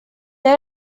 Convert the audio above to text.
they